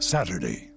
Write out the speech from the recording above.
Saturday